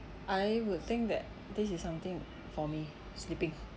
I would think that this is something for me sleeping